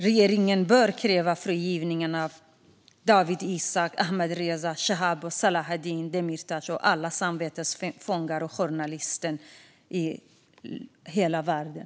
Regeringen bör kräva frigivning av Dawit Isaak, Ahmadreza Djalali, Habib Chaab, Selahattin Demirtas och alla andra samvetsfångar och journalister i hela världen.